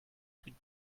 could